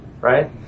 right